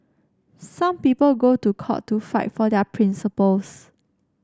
some people go to court to fight for their principles